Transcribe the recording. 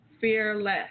fearless